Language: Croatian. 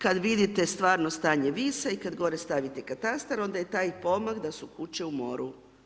Kada vidite stvarno stanje Visa i kada gore stavite katastar, onda je taj pomak da su kuće u moru.